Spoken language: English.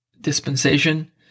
dispensation